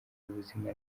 ubuzima